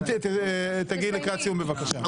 ותגיעי לקראת סיום, בבקשה.